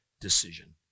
decision